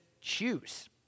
choose